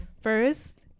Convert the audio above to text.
first